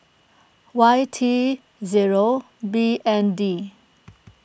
Y T zero B N D